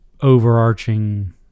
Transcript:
overarching